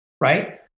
right